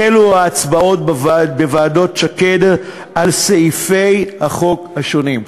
החלו ההצבעות בוועדות שקד על סעיפי החוק השונים.